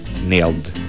nailed